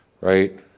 right